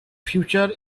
future